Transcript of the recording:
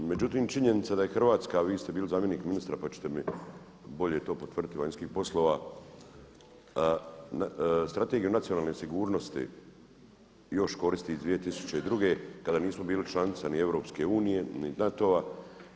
Međutim, činjenica da je Hrvatska, a vi ste bili zamjenik ministra pa ćete mi bolje to potvrditi vanjskih poslova Strategiju nacionalne sigurnosti još koristi iz 2002. kada nismo bili članica ni EU ni NATO-a.